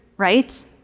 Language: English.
right